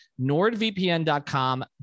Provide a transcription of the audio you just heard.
nordvpn.com